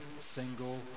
single